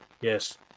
Yes